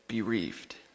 bereaved